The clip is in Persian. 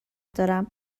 دارم